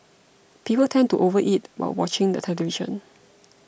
people tend to overeat while watching the television